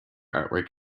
artwork